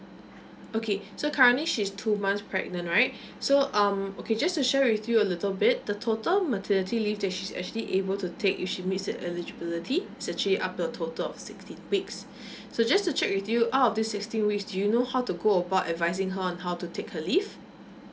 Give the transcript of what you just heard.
okay so currently she's two months pregnant right so um okay just to share with you a little bit the total maternity leave that she's actually able to take if she meets her eligibility it's actually up to a total of sixteen weeks so just to check with you out the sixteen weeks do you know how to go about advising her on how to take her leave